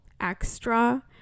extra